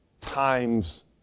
times